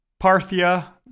Parthia